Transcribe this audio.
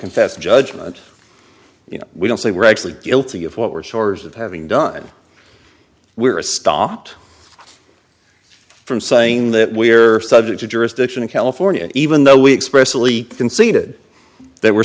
confess judgment you know we don't say we're actually guilty of what we're stores of having done we're stopped from saying that we're subject to jurisdiction in california even though we expressly conceded they were